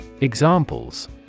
Examples